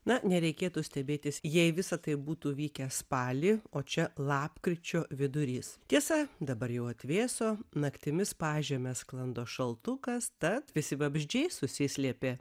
na nereikėtų stebėtis jei visa tai būtų vykę spalį o čia lapkričio vidurys tiesa dabar jau atvėso naktimis pažeme sklando šaltukas tad visi vabzdžiai susislėpė